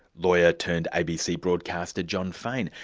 lawyer turned abc broadcaster, jon faine.